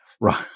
right